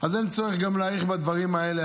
אז אין צורך להאריך בדברים האלה,